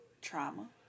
trauma